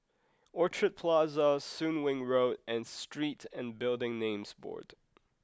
Orchard Plaza Soon Wing Road and Street and Building Names Board